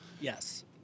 Yes